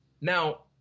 Now